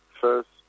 first